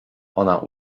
ona